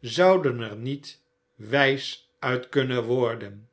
zouden er niet wijs uit kunnen worden